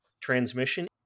transmission